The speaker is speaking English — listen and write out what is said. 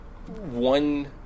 one